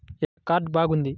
ఏ card బాగుంది?